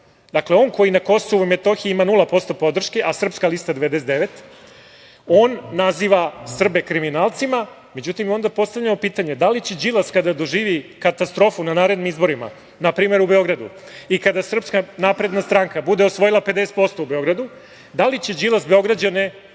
Dakle, on koji na Kosovu i Metohiji ima nula posto podrške, a Srpska lista 99%, on naziva Srbe kriminalcima. Međutim, onda postavljamo pitanje da li će Đilas kada doživi katastrofu na narednim izborima, npr. u Beogradu, i kada SNS bude osvojila 50% u Beogradu, da li će Đilas Beograđane